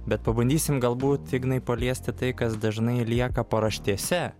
bet pabandysim galbūt ignai paliesti tai kas dažnai lieka paraštėse